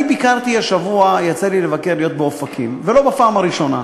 השבוע יצא לי לבקר באופקים, ולא בפעם הראשונה.